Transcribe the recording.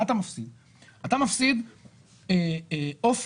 מה שאנחנו עושים זה פשוט: אומרים שאותו